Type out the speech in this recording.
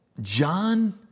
John